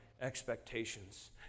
expectations